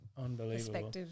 Unbelievable